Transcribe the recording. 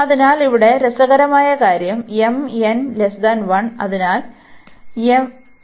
അതിനാൽ ഇവിടെ രസകരമായ കാര്യം m n 1